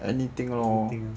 anything lor